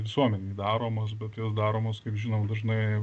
visuomenei daromos bet jos daromos kaip žinau dažnai